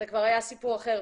אז כבר היה סיפור אחר.